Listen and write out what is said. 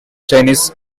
chinese